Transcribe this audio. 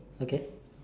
again